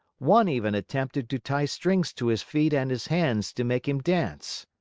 one even attempted to tie strings to his feet and his hands to make him dance.